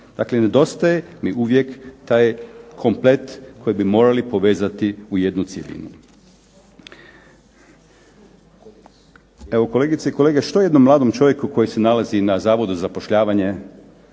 Dakle nedostaje mi uvijek taj komplet koji bi morali povezati u jednu cjelinu. Evo kolegice i kolege, što jednom mladom čovjeku koji se nalazi na Zavodu za zapošljavanje